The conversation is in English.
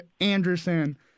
Anderson